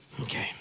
Okay